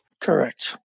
Correct